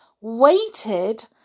waited